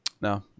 No